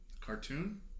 Cartoon